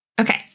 Okay